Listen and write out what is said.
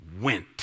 went